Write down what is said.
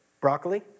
Broccoli